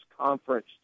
conference